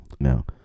now